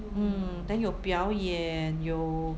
mm then 有表演有